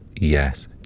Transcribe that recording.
Yes